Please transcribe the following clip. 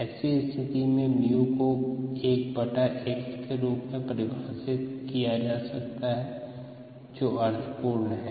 ऐसी स्थिति में 𝜇 को 1x के रूप में परिभाषित किया जा सकता है जो अर्थपूर्ण है